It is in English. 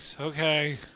Okay